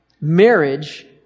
marriage